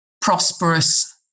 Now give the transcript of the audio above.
prosperous